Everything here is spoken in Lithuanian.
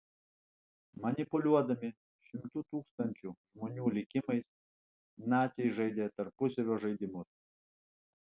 manipuliuodami šimtų tūkstančių žmonių likimais naciai žaidė tarpusavio žaidimus